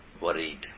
Worried